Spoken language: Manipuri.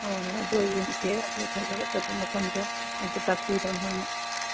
ꯑꯣ ꯍꯣꯏ ꯑꯗꯨ ꯌꯦꯡꯒꯦ ꯑꯗꯨ ꯐꯖ ꯐꯖꯕ ꯃꯐꯝꯗꯣ ꯑꯝꯇ ꯇꯥꯛꯄꯤꯔꯣ ꯅꯣꯏꯅ